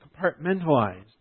compartmentalized